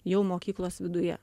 jau mokyklos viduje